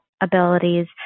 abilities